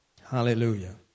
Hallelujah